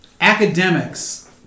academics